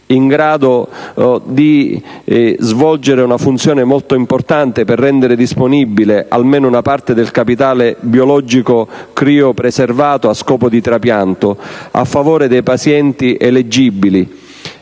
in grado di svolgere una funzione molto importante per rendere disponibile almeno una parte del capitale biologico criopreservato a scopo di trapianto, a favore dei pazienti eleggibili.